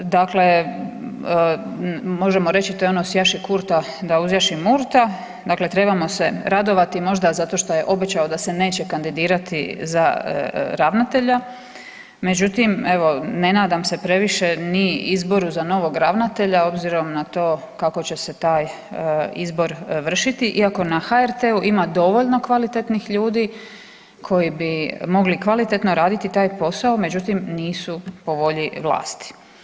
Dakle, možemo reći, to je ono „Sjaši Kurta da uzjaši Murta“, dakle trebamo se radovati možda zato što je obećao da se neće kandidirati za ravnatelja međutim evo, ne nadam se previše ni izboru za novog ravnatelja obzirom na to kako će se taj izbor vršiti iako na HRT-u ima dovoljno kvalitetnih ljudi koji bi mogli kvalitetno raditi taj posao međutim nisu po volji vlasti.